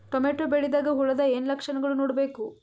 Tomato ಬೆಳಿದಾಗ್ ಹುಳದ ಏನ್ ಲಕ್ಷಣಗಳು ನೋಡ್ಬೇಕು?